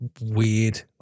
weird